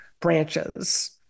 branches